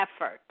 effort